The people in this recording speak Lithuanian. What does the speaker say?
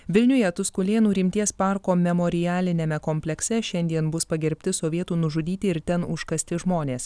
vilniuje tuskulėnų rimties parko memorialiniame komplekse šiandien bus pagerbti sovietų nužudyti ir ten užkasti žmonės